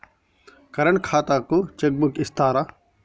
Current ఖాతాకు cheque book ఇత్తరా?